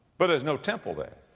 but there's no temple there,